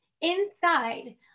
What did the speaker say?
inside